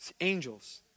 Angels